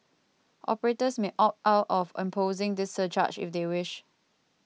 operators may opt out of imposing this surcharge if they wish